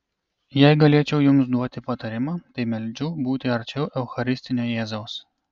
jei galėčiau jums duoti patarimą tai meldžiu būti arčiau eucharistinio jėzaus